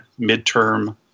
midterm